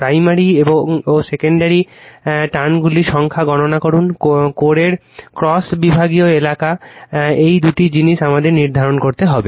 primary ও secondary টার্ণগুলির সংখ্যা গণনা করুন কোরের ক্রস বিভাগীয় এলাকা এই দুটি জিনিস আমাদের নির্ধারণ করতে হবে